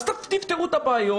אז תפתרו את הבעיות.